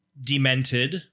Demented